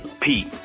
Pete